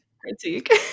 Critique